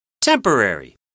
Temporary